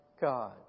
God